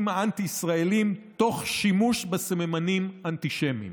האנטי-ישראליים תוך שימוש בסממנים אנטישמיים.